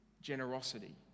generosity